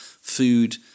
Food